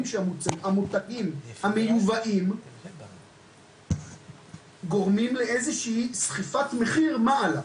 שהמוצרים המיובאים גורמים לאיזו שהיא סחיפת מחיר מעלה.